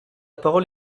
parole